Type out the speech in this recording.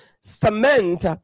cement